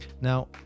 Now